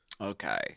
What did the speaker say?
Okay